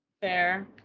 Fair